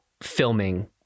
filming